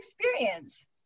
experience